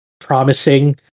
promising